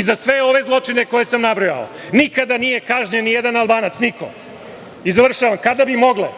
Za sve ove zločine koje sam nabrojao nikada nije kažnjen nijedan Albanac, niko. Završavam, kada bi mogle,